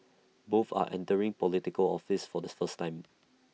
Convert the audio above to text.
both are entering Political office for the first time